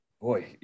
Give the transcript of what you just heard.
boy